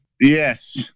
Yes